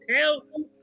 Tails